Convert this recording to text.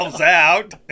out